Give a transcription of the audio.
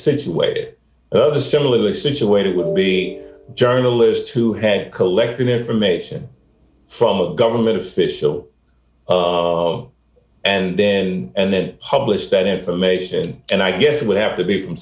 situated similarly situated would be journalist who had collected information from a government official and then and then publish that information and i guess it would have to be from